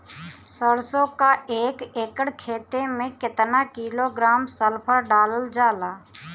सरसों क एक एकड़ खेते में केतना किलोग्राम सल्फर डालल जाला?